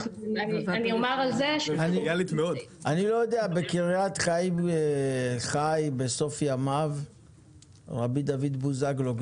בקרית חיים חי בסוף ימיו רבי דוד בוזגלו,